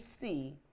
see